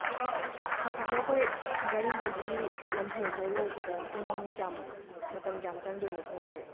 ꯇꯥꯃꯣ ꯑꯩꯈꯣꯏ ꯒꯔꯤꯗꯒꯤ ꯂꯝꯐꯦꯜꯃꯨꯛ ꯌꯧꯕꯗ ꯄꯨꯡ ꯀꯌꯥꯃꯨꯛ ꯃꯇꯝ ꯀꯌꯥꯝ ꯆꯪꯗꯣꯏꯅꯣ ꯄꯨꯡꯁꯦ